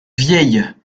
vieille